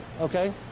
okay